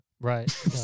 Right